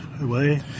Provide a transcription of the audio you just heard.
away